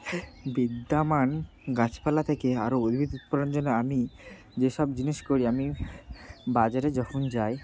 হ্যাঁ বিদ্যমান গাছপালা থেকে আরও উদ্ভিদ করার জন্য আমি যে সব জিনিস করি আমি বাজারে যখন যাই